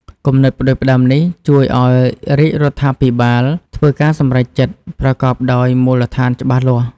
គំនិតផ្តួចផ្តើមនេះជួយឱ្យរាជរដ្ឋាភិបាលធ្វើការសម្រេចចិត្តប្រកបដោយមូលដ្ឋានច្បាស់លាស់។